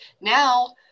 now